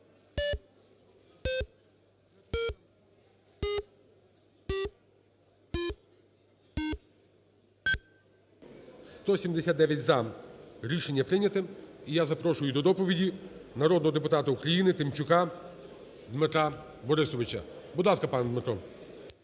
За-179 Рішення прийнято. І я запрошую до доповіді народного депутата УкраїниТимчука Дмитра Борисовича. Будь ласка, пане Дмитро.